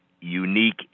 unique